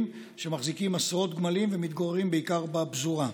שמחזיקים עשרות גמלים ומתגוררים בעיקר בפזורה.